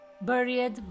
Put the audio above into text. buried